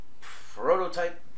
prototype